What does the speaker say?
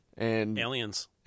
Aliens